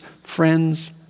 friends